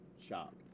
shop